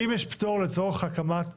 אם יש פטור לצורך הקמת פרגולות,